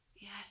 yes